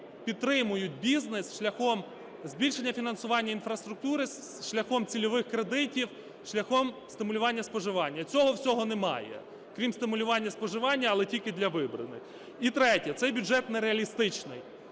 підтримують бізнес шляхом збільшення фінансування інфраструктури, шляхом цільових кредитів, шляхом стимулювання споживання. Цього всього немає, крім стимулювання споживання, але тільки для вибраних. І третє. Цей бюджет нереалістичний.